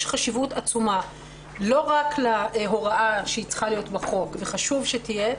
יש חשיבות עצומה לא רק להוראה שצריכה להיות בחוק וחשוב שתהיה,